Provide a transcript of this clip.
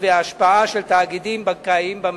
ואת ההשפעה של תאגידים בנקאיים במשק.